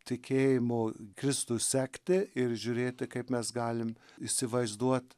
tikėjimo kristų sekti ir žiūrėti kaip mes galim įsivaizduot